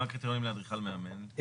מה הקריטריונים לאדריכל מאמן?